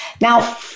Now